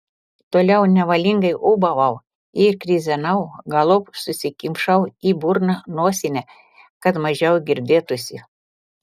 toliau nevalingai ūbavau ir krizenau galop susikimšau į burną nosinę kad mažiau girdėtųsi